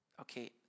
Okay